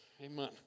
Amen